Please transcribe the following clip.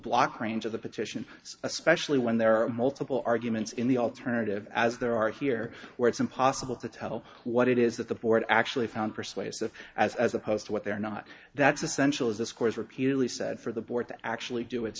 block range of the petition especially when there are multiple arguments in the alternative as there are here where it's impossible to tell what it is that the board actually found persuasive as as opposed to what they're not that's essential is this course repeatedly said for the board to actually do its